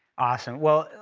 awesome. well,